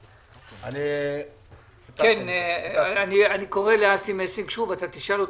--- אני קורא לאסי מסינג שוב, אתה תשאל אותו.